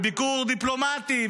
בביקור דיפלומטי,